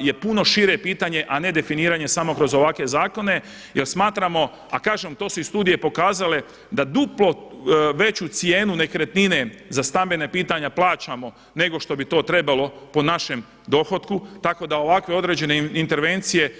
je puno šire pitanje, a ne definiranje samo kroz ovakve zakone jel smatramo, a kažem to su i studije pokazale da duplo veću cijenu nekretnine za stambena pitanja plaćamo nego što bi to trebalo po našem dohotku tako da ovakve određene intervencije